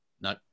no